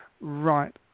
Right